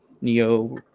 Neo